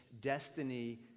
destiny